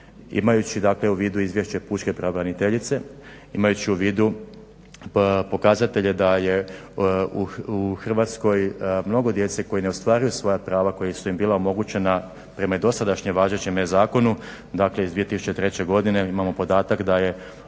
Imajući dakle u vidu Izvješće pučke pravobraniteljice, imajući u vidu pokazatelje da je u Hrvatskoj mnogo djece koji ne ostvaruju svoja prava koja su im bila omogućena prema dosadašnjem važećem zakonu iz 2003. godine, imamo podatak da je